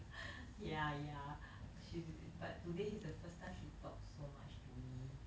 yeah yeah she's but today is the first time she talk so much to me